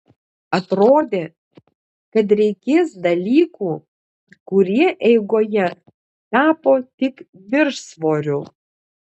atrodė kad reikės dalykų kurie eigoje tapo tik viršsvoriu